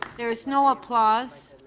um there's no applause.